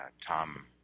Tom